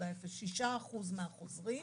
0.06% מהחוזרים.